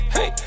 Hey